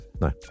No